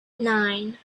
nine